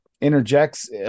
interjects